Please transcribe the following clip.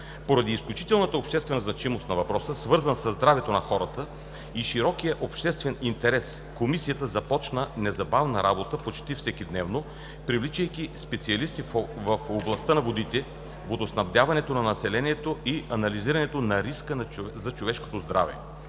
Поради изключителната обществена значимост на въпроса, свързан със здравето на хората и широкия обществен интерес, Комисията започна незабавна работа почти всекидневно, привличайки специалисти в областта на водите, водоснабдяването на населението и анализирането на риска за човешкото здраве.